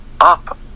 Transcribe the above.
up